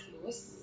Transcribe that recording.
close